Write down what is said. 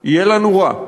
/ יהיה לנו רע,